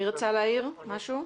מי רצה להעיר משהו?